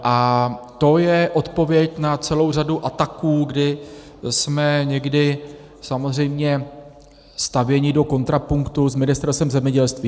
A to je odpověď na celou řadu ataků, kdy jsme někdy samozřejmě stavěni do kontrapunktu s Ministerstvem zemědělství.